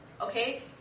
okay